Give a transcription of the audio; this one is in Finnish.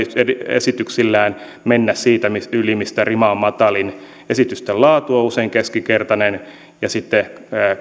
esityksillään menemään siitä yli missä rima on matalin esitysten laatu on usein keskinkertainen ja sitten